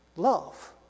love